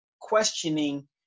questioning